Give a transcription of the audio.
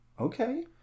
okay